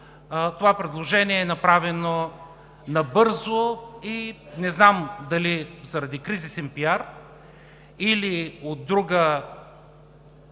това предложение е направено набързо и не знам дали заради кризисен пиар, или от друга